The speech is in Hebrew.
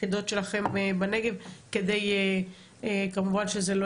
היחידות שלכם בנגב כדי כמובן שזה לא